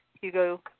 Hugo